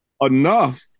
Enough